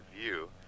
view